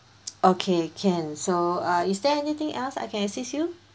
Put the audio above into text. okay can so uh is there anything else I can assist you